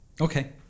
Okay